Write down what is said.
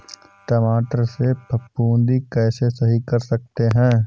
टमाटर से फफूंदी कैसे सही कर सकते हैं?